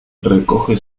recoge